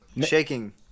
shaking